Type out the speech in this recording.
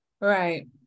right